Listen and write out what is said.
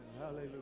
hallelujah